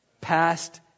past